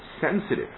sensitive